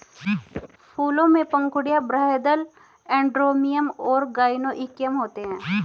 फूलों में पंखुड़ियाँ, बाह्यदल, एंड्रोमियम और गाइनोइकियम होते हैं